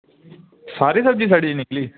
सारी सब्जी सड़ी दी निकली